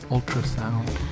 Ultrasound